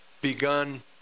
begun